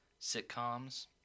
sitcoms